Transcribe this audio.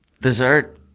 dessert